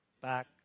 back